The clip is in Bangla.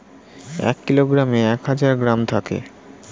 এক কিলোগ্রামে এক হাজার গ্রাম থাকে